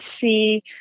see